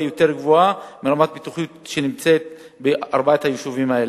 יותר גבוהה מרמת הבטיחות בארבעת היישובים האלה.